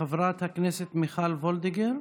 חברת הכנסת מיכל וולדיגר,